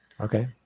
Okay